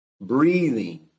breathing